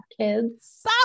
kids